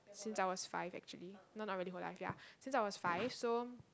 since I was five actually no not really whole life ya since I was five so